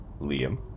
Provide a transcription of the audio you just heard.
Liam